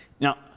Now